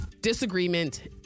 disagreement